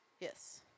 Yes